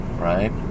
right